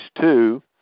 two